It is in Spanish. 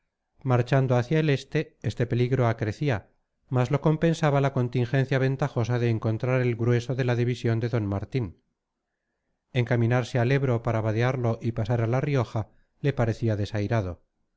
marchando hacia el este este peligro acrecía mas lo compensaba la contingencia ventajosa de encontrar el grueso de la división de d martín encaminarse al ebro para vadearlo y pasar a la rioja le parecía desairado